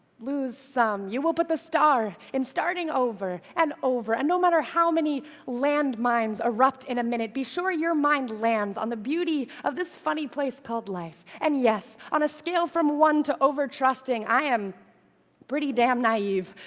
lose some. you will put the star in starting over, and over. and no matter how many land mines erupt in a minute, be sure your mind lands on the beauty of this funny place called life. and yes, on a scale from one to over-trusting, i am pretty damn naive.